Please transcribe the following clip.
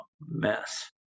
mess